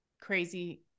crazy